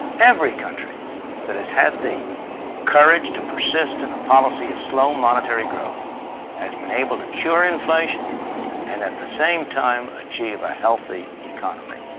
every country that has had the courage to persist in a policy of slow monetary growth has been able to cure inflation and at the same time achieve a healthy economy.